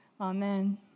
Amen